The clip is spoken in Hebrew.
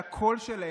שהקול שלהם,